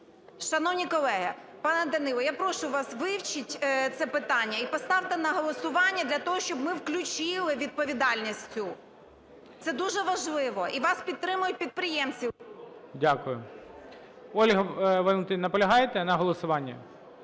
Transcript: Шановні колеги, Пане Данило, я прошу вас, вивчіть це питання і поставте на голосування для того, щоб ми включили відповідальність цю. Це дуже важливо. І вас підтримають підприємці. ГОЛОВУЮЧИЙ. Дякую. Ольга Валентинівна, наполягаєте на голосуванні?